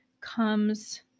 comes